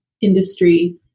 industry